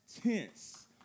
tense